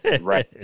right